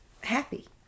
happy